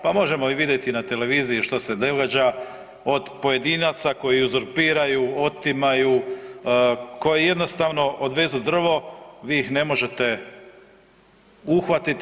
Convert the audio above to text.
Pa možemo i vidjeti na televiziji što se događa od pojedinaca koji uzurpiraju, otimaju, koji jednostavno odvezu drvo vi ih ne možete uhvatiti.